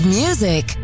music